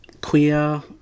queer